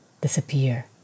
disappear